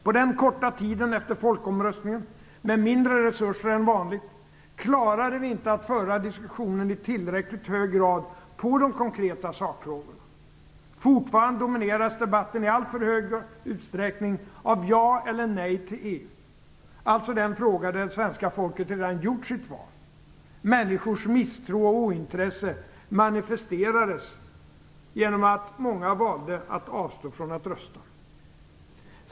På den korta tiden efter folkomröstningen med mindre resurser än vanligt klarade vi inte att i tillräckligt hög grad föra diskussionen om de konkreta sakfrågorna. Fortfarande domineras debatten i alltför stor utsträckning av ja eller nej till EU, alltså den fråga där det svenska folket redan gjort sitt val. Människors misstro och ointresse manifesterades genom att många valde att avstå från att rösta.